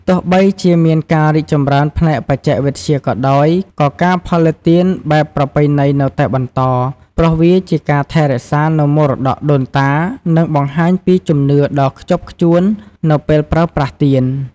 ទោះបីជាមានការរីកចម្រើនផ្នែកបច្ចេកវិទ្យាក៏ដោយ ក៏ការផលិតទៀនបែបប្រពៃណីនៅតែបន្ត ព្រោះវាជាការថែរក្សានៅមរតកដូនតា និងបង្ហាញពីជំនឿដ៏ខ្ជាប់ខ្ជួននៅពេលប្រើប្រាស់ទៀន។